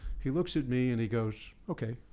he looks at me and he goes, okay,